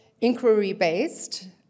inquiry-based